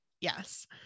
yes